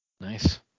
nice